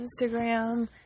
Instagram